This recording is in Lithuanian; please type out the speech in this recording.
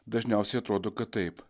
dažniausiai atrodo kad taip